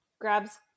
grabs